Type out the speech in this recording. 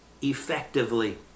effectively